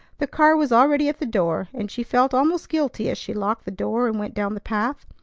the car was already at the door, and she felt almost guilty as she locked the door and went down the path.